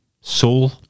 Soul